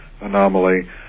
anomaly